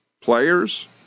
Players